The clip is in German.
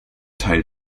teil